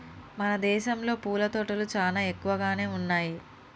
మన దేసంలో పూల తోటలు చానా ఎక్కువగానే ఉన్నయ్యి